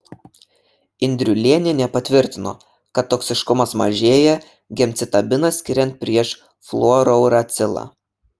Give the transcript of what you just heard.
indriulėnienė patvirtino kad toksiškumas mažėja gemcitabiną skiriant prieš fluorouracilą